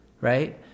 Right